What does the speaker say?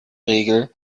regel